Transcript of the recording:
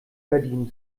gardinen